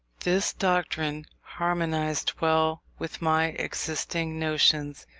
this doctrine harmonized well with my existing notions,